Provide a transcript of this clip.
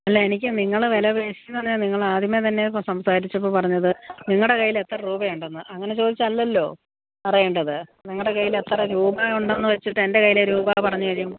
അല്ല എനിക്ക് നിങ്ങൾ വില പേശുന്നത് നിങ്ങൾ ആദ്യമേ തന്നെ സംസാരിച്ചപ്പോൾ പറഞ്ഞത് നിങ്ങളുടെ കയ്യിൽ എത്ര രൂപ ഉണ്ടെന്ന് അങ്ങനെ ചോദിച്ച് അല്ലല്ലോ പറയേണ്ടത് നിങ്ങളുടെ കയ്യിൽ എത്ര രൂപ ഉണ്ടെന്ന് വെച്ചിട്ട് എന്റെ കയ്യിലെ രൂപ പറഞ്ഞ് കഴിയുമ്പോൾ